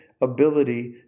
ability